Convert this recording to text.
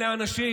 אלה אנשים?